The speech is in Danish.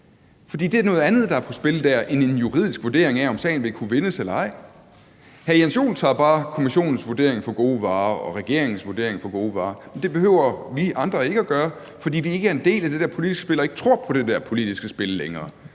for det er noget andet, der er på spil der, end en juridisk vurdering af, om sagen vil kunne vindes eller ej. Hr. Jens Joel tager bare Kommissionens vurdering for gode varer og regeringens vurdering for gode varer, men det behøver vi andre ikke at gøre, fordi vi ikke er en del af det der politiske spil og ikke tror på det der politiske spil længere.